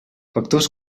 factors